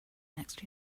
next